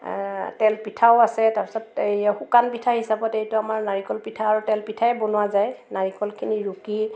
তেল পিঠাও আছে তাৰপিছত এইয়া শুকান পিঠা হিচাপত এইটো আমাৰ নাৰিকল পিঠা আৰু তেলপিঠাই বনোৱা যায় নাৰিকলখিনি ৰুকি